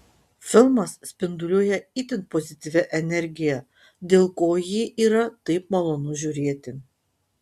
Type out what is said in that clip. filmas spinduliuoja itin pozityvia energija dėl ko jį yra taip malonu žiūrėti